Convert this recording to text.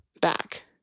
back